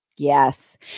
Yes